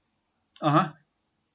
(uh huh)